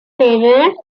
parents